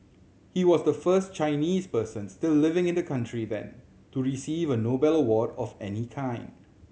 he was the first Chinese person still living in the country then to receive a Nobel award of any kind